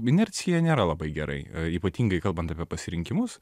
inercija nėra labai gerai ypatingai kalbant apie pasirinkimus